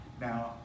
Now